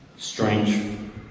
Strange